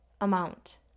amount